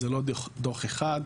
זה לא דוח אחד,